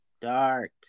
dark